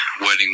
wedding